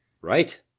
Right